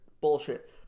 Bullshit